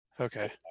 Okay